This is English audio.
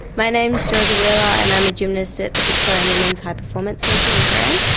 my name is georgia wheeler and i'm a gymnast at the victorian women's high performance centre in prahran.